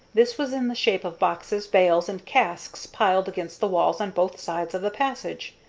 this was in the shape of boxes, bales, and casks piled against the walls on both sides of the passage.